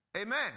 Amen